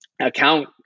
account